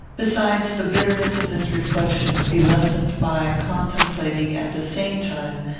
besides, the bitterness of this reflection would be lessened by contemplating, at the same time,